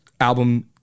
album